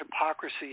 hypocrisy